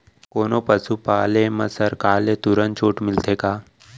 कोनो पसु पाले म शासन ले तुरंत छूट मिलथे का?